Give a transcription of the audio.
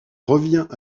revient